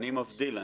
אני מבדיל.